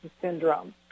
syndrome